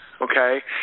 okay